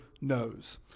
knows